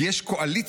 כי יש קואליציה,